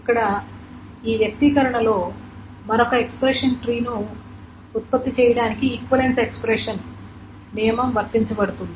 ఇక్కడ ఈ వ్యక్తీకరణలో మరొక ఎక్స్ప్రెషన్ ట్రీ ను ఉత్పత్తి చేయడానికి ఈక్వలెన్స్ ఎక్స్ప్రెషన్ నియమం వర్తించబడుతుంది